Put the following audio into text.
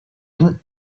elle